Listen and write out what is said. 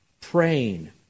praying